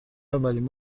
اولین